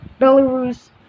belarus